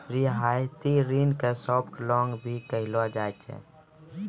रियायती ऋण के सॉफ्ट लोन भी कहलो जाय छै